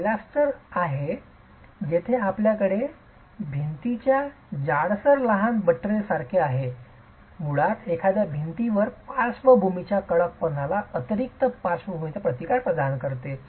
pilaster असे आहे जेथे आपल्याकडे भिंतीच्या जाडसर लहान बट्रेससारखे आहे आणि आहे मुळात एखाद्या भिंतीवर पार्श्वभूमीच्या कडकपणाला अतिरिक्त पार्श्वभूमीचा प्रतिकार प्रदान करणे